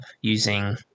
using